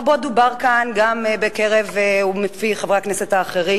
רבות דובר כאן מפי חברי הכנסת האחרים